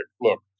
Look